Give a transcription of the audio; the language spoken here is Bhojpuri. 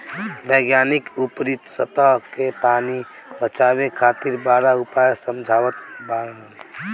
वैज्ञानिक ऊपरी सतह के पानी बचावे खातिर बड़ा उपाय सुझावत बाड़न